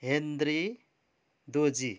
हेन्द्री doji